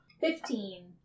Fifteen